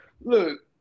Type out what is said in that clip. Look